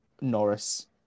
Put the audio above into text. Norris